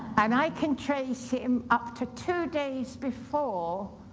i mean i can trace him up to two days before.